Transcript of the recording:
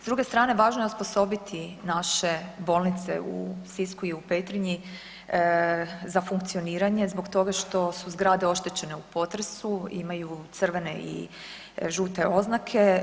S druge strane važno je osposobiti naše bolnice u Sisku i u Petrinji za funkcioniranje zbog toga što su zgrade oštećene u potresu, imaju crvene i žute oznake.